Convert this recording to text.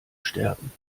sterben